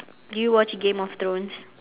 do you watch game of thrones